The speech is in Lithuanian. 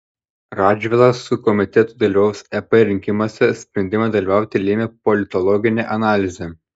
radžvilas su komitetu dalyvaus ep rinkimuose sprendimą dalyvauti lėmė politologinė analizė